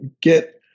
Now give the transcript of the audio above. get